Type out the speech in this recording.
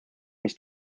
mis